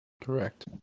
Correct